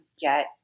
get